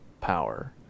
power